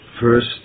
first